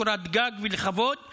לקורת גג ולכבוד,